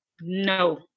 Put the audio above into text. No